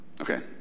Okay